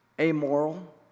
Amoral